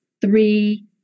three